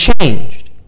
changed